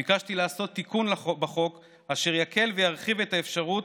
ביקשתי לעשות תיקון לחוק בחוק אשר יקל וירחיב את האפשרות